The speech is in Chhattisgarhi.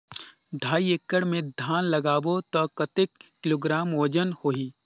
ढाई एकड़ मे धान लगाबो त कतेक किलोग्राम वजन होही?